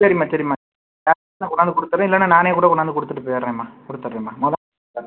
சரிம்மா சரிம்மா கொண்டாந்து கொடுத்துட்றேன் இல்லைன்னா நானே கூட கொண்டாந்து கொடுத்துட்டு போயிடுறேம்மா கொடுத்துட்றேம்மா முத